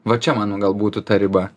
va čia mano gal būtų ta riba